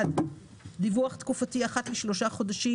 דיווח תקופתי אחת לשלושה חודשים,